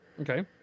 okay